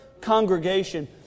Congregation